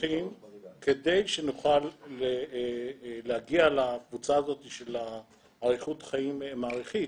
שמפתחים כדי שנוכל להגיע לקבוצה הזאת של איכות החיים המעריכית,